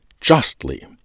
justly